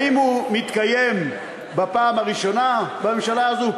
האם הוא מתקיים בפעם הראשונה בממשלה הזאת?